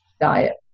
diet